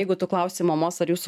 jeigu tu klausi mamos ar jūsų